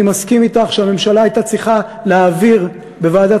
אני מסכים אתך שהממשלה הייתה צריכה להעביר בוועדת